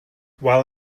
while